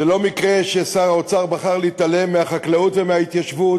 זה לא מקרה ששר האוצר בחר להתעלם מהחקלאות ומההתיישבות